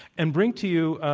and bring to you,